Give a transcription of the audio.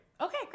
Okay